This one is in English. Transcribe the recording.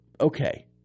Okay